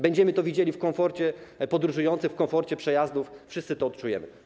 Będziemy to widzieli w komforcie podróżujących, w komforcie przejazdów, wszyscy to odczujemy.